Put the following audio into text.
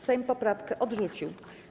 Sejm poprawkę odrzucił.